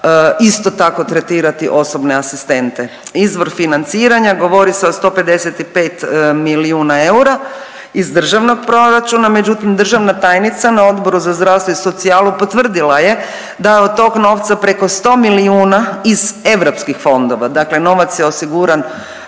isto tako tretirati osobne asistente. Izvor financiranja govori se o 155 milijuna eura iz Državnog proračuna, međutim državna tajnica na Odboru za zdravstvo i socijalnu potvrdila je da je od tog novca preko 100 milijuna iz europskih fondova. Dakle, novac je osiguran